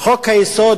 חוק-היסוד